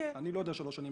לא אתה אלא העד המומחה שלך,